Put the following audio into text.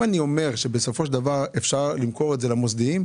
אם אני אומר שבסופו של דבר אפשר למכור את זה למוסדיים,